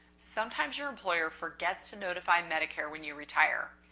sometimes your employer forgets to notify medicare when you retire.